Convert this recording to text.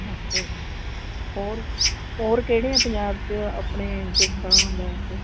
ਅੱਛਿਆ ਜੀ ਹੋਰ ਹੋਰ ਕਿਹੜੇ ਆ ਪੰਜਾਬ 'ਚ ਆਪਣੇ ਦੇਖਣ ਲਾਇਕ